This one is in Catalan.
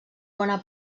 bona